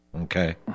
Okay